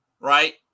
right